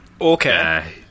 Okay